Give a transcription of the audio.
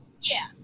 yes